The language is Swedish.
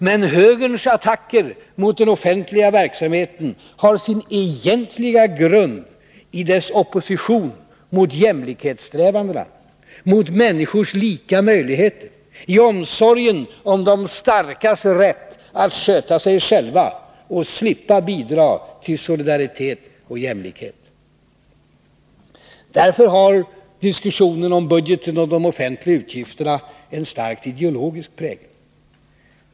Men högerns attacker mot den offentliga verksamheten har sin egentliga grund i dess opposition mot jämlikhetssträvandena, mot människors lika möjligheter, i omsorgen om de starkas rätt att sköta sig själva och slippa bidra till solidaritet och jämlikhet. Därför har diskussionen om budgeten och de offentliga utgifterna en starkt ideologisk prägel.